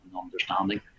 understanding